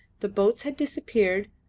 the boats had disappeared,